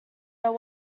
know